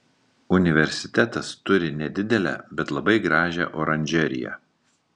universitetas turi nedidelę bet labai gražią oranžeriją